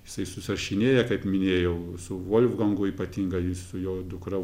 jisai susirašinėja kaip minėjau su volfgangu ypatingai su jo dukra